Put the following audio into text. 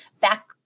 back